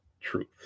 truth